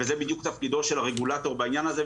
וזה בדיוק תפקידו של הרגולטור בעניין הזה,